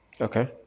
Okay